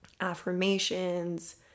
affirmations